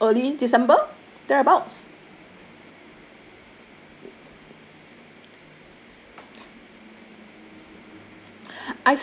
early december there abouts